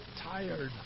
tired